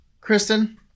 Kristen